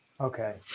Okay